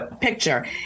picture